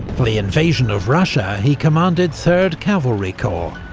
for the invasion of russia, he commanded third cavalry corps,